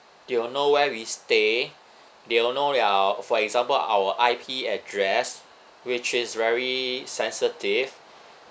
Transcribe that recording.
they will know where we stay they will know your for example of our I_P address which is very sensitive